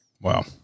Wow